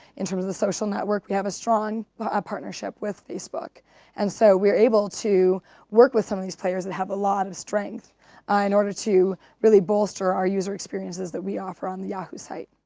in terms of the social network we have a strong partnership with facebook and so we're able to work with some of these players that have a lot of strength in order to really bolster our user experiences that we offer on the yahoo site.